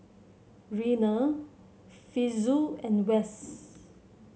Reyna Fitzhugh and Wes